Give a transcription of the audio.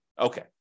Okay